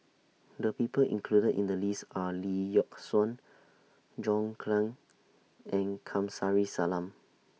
The People included in The list Are Lee Yock Suan John Clang and Kamsari Salam